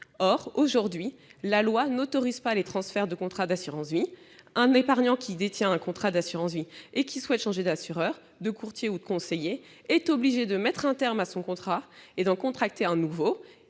Or la loi n'autorise pas les transferts des contrats d'assurance vie. Un épargnant qui détient une assurance vie et qui souhaite changer d'assureur, de courtier ou de conseiller est obligé de mettre un terme à son contrat et d'en contracter un nouveau.